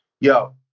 yo